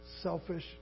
selfish